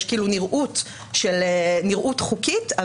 יש כביכול נראות חוקית,